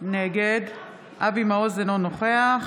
נגד אבי מעוז, אינו נוכח